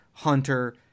hunter